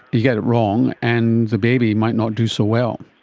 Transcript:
you get it wrong and the baby might not do so well.